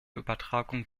übertragung